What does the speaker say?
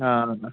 ആ ആ